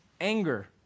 anger